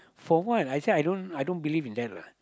for what I say I don't I don't believe in that what